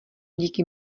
díky